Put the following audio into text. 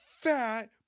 fat